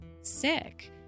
sick